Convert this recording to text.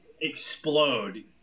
explode